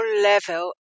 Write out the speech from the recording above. level